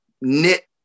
knit